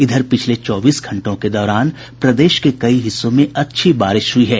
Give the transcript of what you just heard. इधर पिछले चौबीस घंटों के दौरान प्रदेश के कई हिस्सों में बारिश हुई है